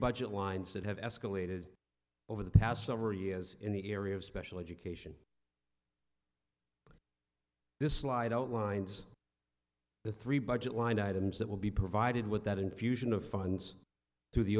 budget lines that have escalated over the past several years in the area of special education this slide outlines the three budget line items that will be provided with that infusion of funds to the